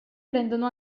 prendono